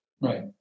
Right